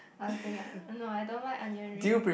other thing ah no I don't like onion ring